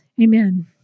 amen